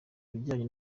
bijyanye